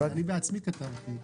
אני בעצמי כתבתי.